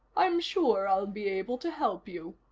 i'm sure i'll be able to help you.